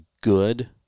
good